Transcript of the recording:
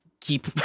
keep